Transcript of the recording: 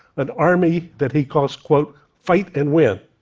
an army that he calls calls fight and win.